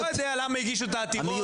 אני לא יודע למה הגישו את העתירות.